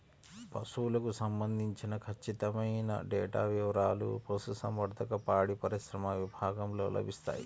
పశువులకు సంబంధించిన ఖచ్చితమైన డేటా వివారాలు పశుసంవర్ధక, పాడిపరిశ్రమ విభాగంలో లభిస్తాయి